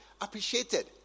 appreciated